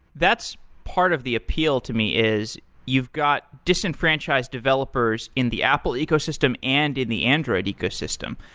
that's part of the appeal to me, is you've got disenfranchised developers in the apple ecosystem and in the android ecosystem.